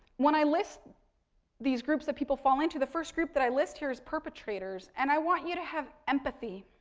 when i list these groups that people fall into, the first group that i list here is perpetrators. and, i want you to have empathy.